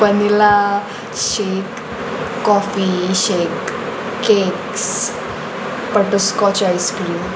vanilla shake coffee shake cakes butterscotch icecream